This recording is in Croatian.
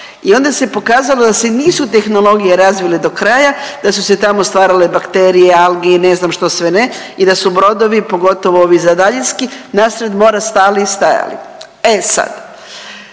I onda se pokazalo da se nisu tehnologije razvile dokraja, da su se tamo stvarale bakterije, alge i ne znam što sve ne i da su brodovi pogotovo ovi za daljinski nasred mora stali i stajali. E sad,